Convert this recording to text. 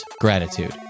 gratitude